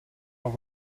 are